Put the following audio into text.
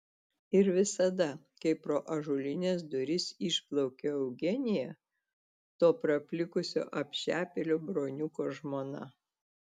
ir visada kai pro ąžuolines duris išplaukia eugenija to praplikusio apšepėlio broniuko žmona